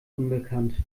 unbekannt